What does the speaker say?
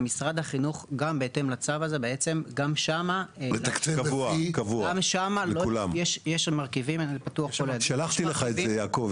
משרד החינוך גם בהתאם לצו הזה בעצם גם שם יש שם מרכיבים שהם קבועים